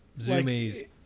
Zoomies